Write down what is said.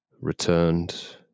returned